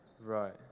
Right